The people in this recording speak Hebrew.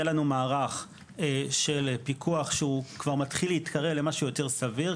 יהיה לנו מערך של פיקוח שהוא כבר מתחיל להתקרב למשהו יותר סביר,